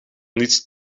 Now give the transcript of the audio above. niets